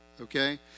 Okay